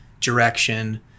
direction